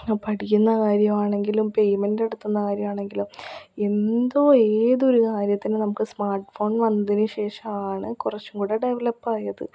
പഠിക്കുന്ന കാര്യം ആണെങ്കിലും പേയ്മെൻ്റ് നടത്തുന്ന കാര്യമാണെങ്കിലും എന്തോ ഏതൊരു കാര്യത്തിന് നമുക്ക് സ്മാർട്ഫോൺ വന്നതിന് ശേഷമാണ് കുറച്ചും കൂടെ ഡെവലപ്പ് ആയത്